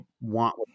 want